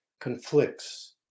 conflicts